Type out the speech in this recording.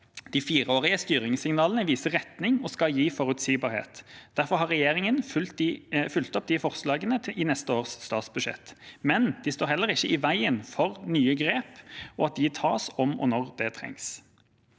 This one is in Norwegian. De fireårige styringssignalene viser retning og skal gi forutsigbarhet. Derfor har regjeringen fulgt opp de forslagene i neste års statsbudsjett, men de står heller ikke i veien for nye grep, og at de tas om og når det trengs.